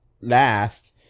last